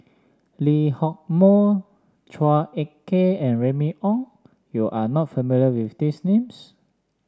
Lee Hock Moh Chua Ek Kay and Remy Ong you are not familiar with these names